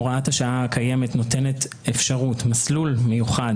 הוראת השעה הקיימת נותנת אפשרות מסלול מיוחד